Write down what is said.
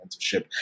mentorship